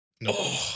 No